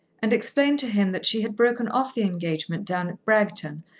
and explained to him that she had broken off the engagement down at bragton,